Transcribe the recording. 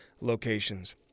locations